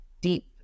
deep